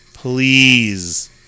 Please